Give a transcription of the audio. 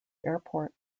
airport